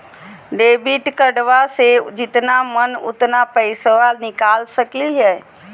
Debit कार्डबा से जितना मन उतना पेसबा निकाल सकी हय?